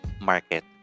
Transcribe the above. market